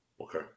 Okay